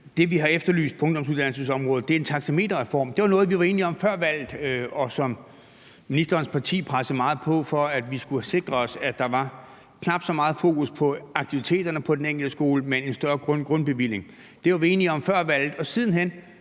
Det, vi har efterlyst på ungdomsuddannelsesområdet, er en taxameterreform. Det var noget, vi var enige om før valget, og som ministerens parti pressede meget på for, altså at vi skulle sikre os, at der var knap så meget fokus på aktiviteterne på den enkelte skole, men en større grundbevilling. Det var vi enige om før valget, og siden hen